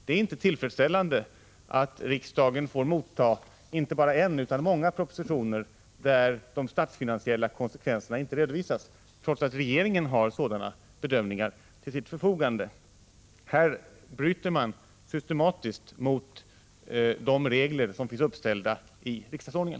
Det är inte tillfredsställande att riksdagen får motta inte bara en utan många propositioner där de statsfinansiella konsekvenserna inte redovisas, trots att regeringen har sådana bedömningar till sitt förfogande. Här bryter regeringen systematiskt mot de regler som finns uppställda i riksdagsordningen.